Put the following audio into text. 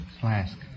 Flask